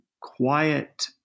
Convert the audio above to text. quiet